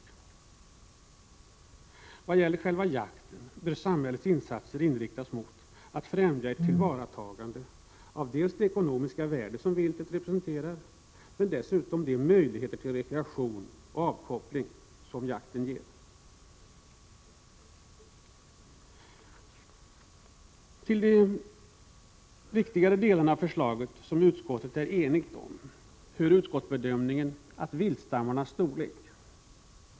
När det gäller jakten bör samhällets insatser inriktas mot att främja ett tillvaratagande av dels de ekonomiska värden som viltet representerar, dels de möjligheter till rekreation och avkoppling som jakten ger. Till de viktigare delar av förslaget som utskottet är enigt om hör bedömningen av viltstammarnas storlek.